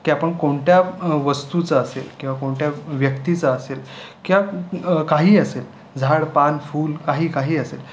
की आपण कोणत्या वस्तूचं असेल किंवा कोणत्या व्यक्तीचं असेल किंवा काहीही असेल झाड पान फुल काही काही असेल